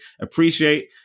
appreciate